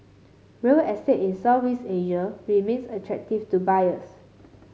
real estate in Southeast Asia remains attractive to buyers